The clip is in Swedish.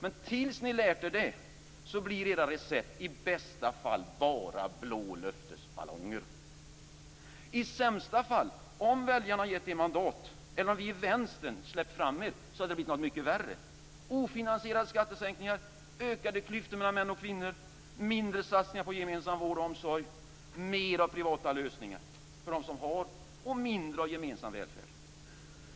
Men tills ni lärt er det blir era recept i bästa fall bara blå löftesballonger. I sämsta fall, om väljarna givit er mandat eller om vi i Vänstern släppt fram er, hade det blivit något mycket värre. Det hade blivit ofinansierade skattesänkningar, ökade klyftor mellan män och kvinnor och mindre satsningar på gemensam vård och omsorg. Det hade blivit mer av privata lösningar för dem som har och mindre av gemensam välfärd.